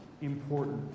important